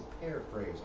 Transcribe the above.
paraphrase